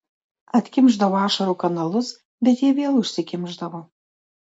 atkimšdavo ašarų kanalus bet jie vėl užsikimšdavo